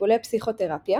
בטיפולי פסיכותרפיה